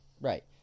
Right